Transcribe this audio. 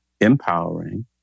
empowering